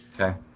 okay